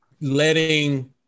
letting